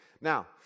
Now